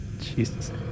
Jesus